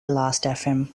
lastfm